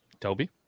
Toby